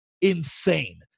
insane